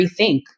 rethink